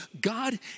God